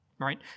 right